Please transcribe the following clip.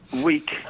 week